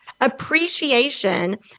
appreciation